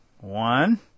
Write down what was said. one